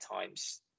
times